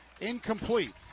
incomplete